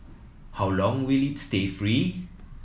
how long will it stay free